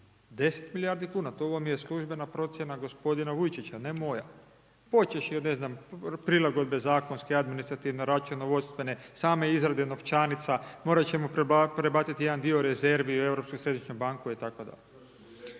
10 milijardni kuna, to vam je službena procjena gospodina Vujčića, ne moja. Počevši od ne znam prilagodbe zakonske, administrativne, računovodstvene, same izrade novčanica, morat ćemo prebaciti jedan dio rezervi u Europsku središnju banku itd.